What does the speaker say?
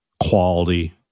quality